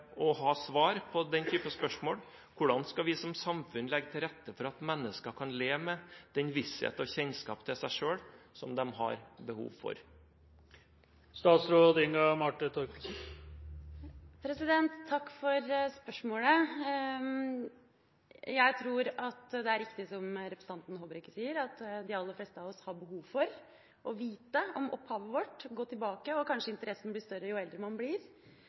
ha svar på denne typen spørsmål? Hvordan skal vi som samfunn legge til rette for at mennesker kan leve med den vissheten og kjennskapen til seg selv som de har behov for? Takk for spørsmålet. Jeg tror det er riktig, som representanten Håbrekke sier, at de aller fleste av oss har behov for å gå tilbake og få vite om opphavet vårt, og kanskje blir denne interessen større jo eldre man blir.